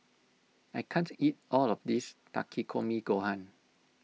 I can't eat all of this Takikomi Gohan